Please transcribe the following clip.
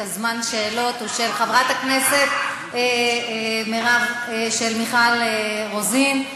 זמן השאלות הוא של חברת הכנסת מיכל רוזין.